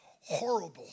horrible